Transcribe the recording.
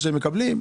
חברים,